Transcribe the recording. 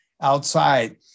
outside